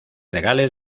legales